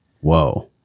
Whoa